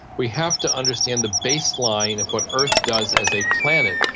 we have to understand the baseline of what earth does as a planet,